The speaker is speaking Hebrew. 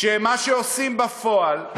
שמה שעושים בפועל,